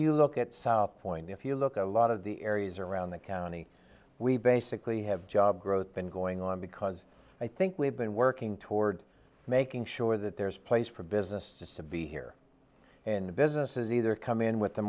you look at south point if you look a lot of the areas around the county we basically have job growth been going on because i think we've been working toward making sure that there's a place for business to be here and businesses either come in with the